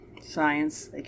science